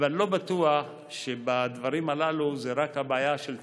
אני לא בטוח שבדברים הללו זו רק בעיה של תקציב.